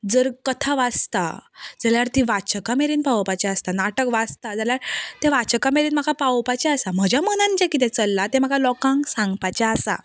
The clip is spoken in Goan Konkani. जर कथा वाचता जाल्यार ती वाचकां मेरेन पावोवपाचें आसता नाटक वाचता जाल्यार तें वाचकां मेरेन म्हाका पावोवपाचें आसा म्हज्या मनान जें किदें चल्लां तें म्हाका लोकांक सांगपाचें आसा